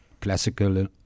classical